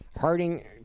Harding